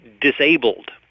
disabled